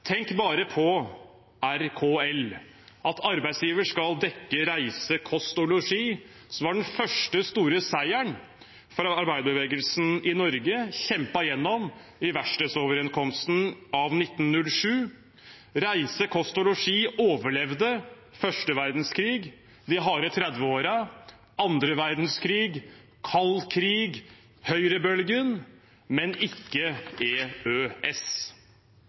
Tenk bare på RKL, at arbeidsgiver skal dekke reise, kost og losji, som var den første store seieren for arbeiderbevegelsen i Norge, kjempet gjennom i verkstedsoverenskomsten av 1907. Reise, kost og losji overlevde den første verdenskrigen, de harde trettiåra, den andre verdenskrigen, kald krig og høyrebølgen, men ikke